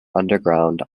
underground